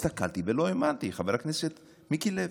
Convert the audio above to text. הסתכלתי ולא האמנתי, חבר הכנסת מיקי לוי: